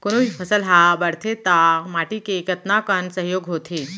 कोनो भी फसल हा बड़थे ता माटी के कतका कन सहयोग होथे?